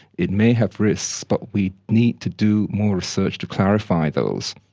it may have risks, but we need to do more research to clarify those.